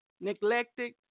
neglected